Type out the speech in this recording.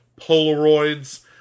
Polaroids